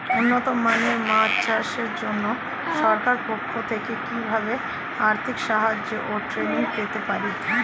উন্নত মানের মাছ চাষের জন্য সরকার পক্ষ থেকে কিভাবে আর্থিক সাহায্য ও ট্রেনিং পেতে পারি?